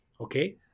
okay